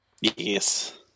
Yes